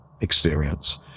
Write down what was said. Experience